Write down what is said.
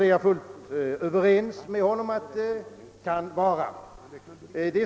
Jag är fullt överens med honom om att det kan vara det.